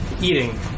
eating